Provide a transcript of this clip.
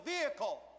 vehicle